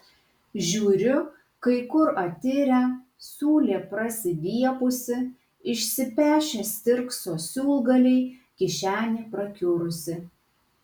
žiūriu kai kur atirę siūlė prasiviepusi išsipešę stirkso siūlgaliai kišenė prakiurusi